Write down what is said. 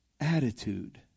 attitude